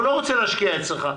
הוא לא רוצה להשקיע אצלך,